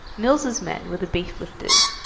mills' men were the beef lifters,